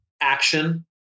action